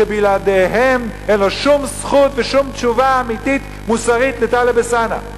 שבלעדיהם אין לו שום זכות ושום תשובה אמיתית מוסרית לטלב אלסאנע.